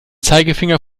zeigefinger